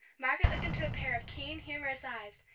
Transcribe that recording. margaret looked into a pair of keen, humorous eyes,